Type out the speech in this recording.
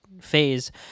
phase